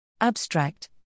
Abstract